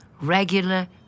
regular